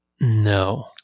no